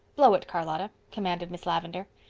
blow it, charlotta, commanded miss lavendar.